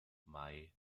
mai